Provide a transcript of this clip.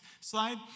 slide